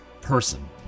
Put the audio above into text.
person